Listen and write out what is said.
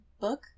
book